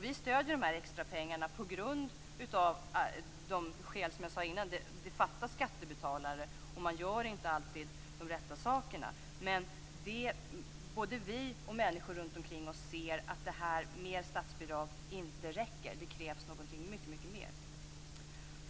Vi stöder dessa extra pengar på grund av det som jag nämnde tidigare, nämligen att det fattas skattebetalare och att man inte alltid gör de rätta sakerna. Både vi och människor runtomkring oss ser att mer statsbidrag inte räcker. Det krävs mycket mer.